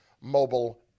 mobile